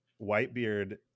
Whitebeard